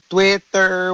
Twitter